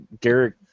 Derek